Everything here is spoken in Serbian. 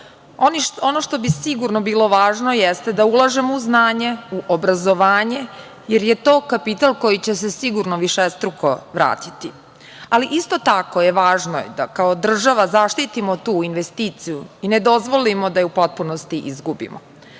Ono što bi sigurno bilo važno jeste da ulažemo u znanje, obrazovanje jer je to kapital koji će se sigurno višestruko vratiti. Isto tako je važno da kao država zaštitimo tu investiciju i ne dozvolimo da je u potpunosti izgubimo. Naučnici